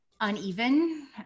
uneven